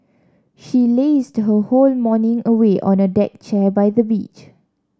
she lazed her whole morning away on a deck chair by the beach